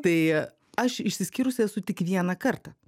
tai aš išsiskyrusi esu tik vieną kartą